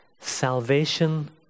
Salvation